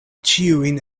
ĉiujn